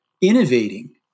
innovating